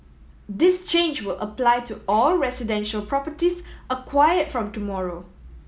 this change will apply to all residential properties acquired from tomorrow